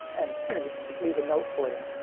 and you know you just leave a note for them.